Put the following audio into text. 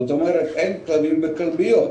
זאת אומרת אין כלבים בכלביות.